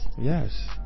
yes